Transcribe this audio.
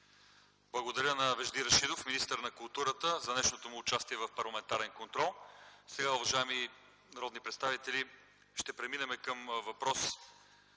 Благодаря на Вежди Рашидов – министър на културата, за днешното му участие в парламентарния контрол. Уважаеми народни представители, преминаваме към въпрос